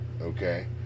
okay